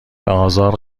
ازار